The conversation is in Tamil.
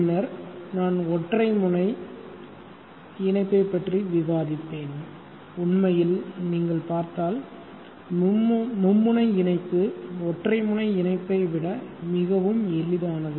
பின்னர் நான் ஒற்றைமுனை இணைப்பைப் பற்றி விவாதிப்பேன் உண்மையில் நீங்கள் பார்த்தால் மும்முனை இணைப்பு ஒற்றைமுனை இணைப்பை விட மிகவும் எளிதானது